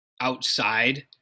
outside